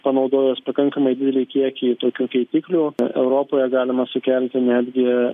panaudojus pakankamai didelį kiekį tokių keitiklių europoje galima sukelti netgi